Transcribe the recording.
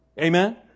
Amen